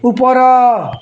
ଉପର